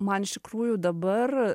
man iš tikrųjų dabar